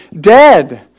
dead